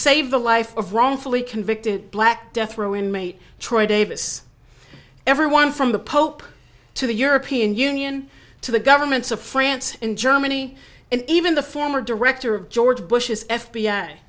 save the life of wrongfully convicted black death row inmate troy davis everyone from the pope to the european union to the governments of france and germany and even the former director of george bush's f